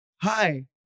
Hi